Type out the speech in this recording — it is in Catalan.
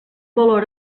valor